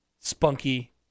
spunky